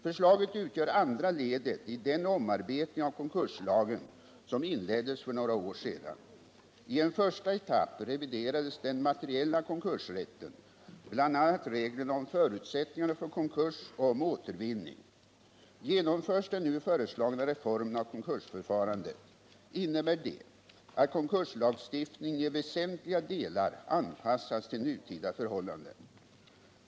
Förslaget utgör andra ledet i den omarbetning av konkurslagen som inleddes för några år sedan. I en första etapp reviderades den materiella konkursrätten, bl.a. reglerna om förutsättningarna för konkurs och om återvinning. Genomförs den nu föreslagna reformen av konkursförfarandet, innebär det att konkurslagstiftningen i väsentliga delar anpassas till nutida förhållanden.